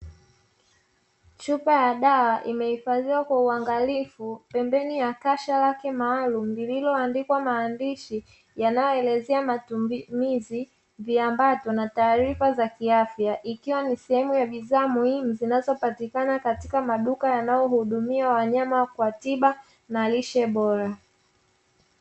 Chupa ya dawa imehifadhiwa kwa uangalifu pembeni ya kasha lake maalumu lililoandikwa maandishi yanayoelezea matumizi, viambata na taarifa za kiafya, ikiwa ni sehemu ya bidhaa muhimu zinazopatikana katika maduka yanayohudumia wanyama kwa tiba na lishe bora.